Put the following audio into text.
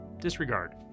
disregard